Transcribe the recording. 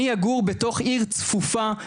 אני אגור בתוך עיר צפופה,